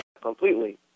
completely